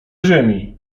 ziemi